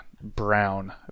brown